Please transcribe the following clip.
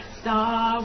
star